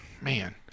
man